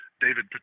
David